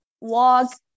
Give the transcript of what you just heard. walk